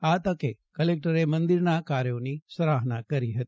આ તકે કલેક્ટરે મંદિરના કાર્યોની સરાહના કરી હતી